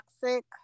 toxic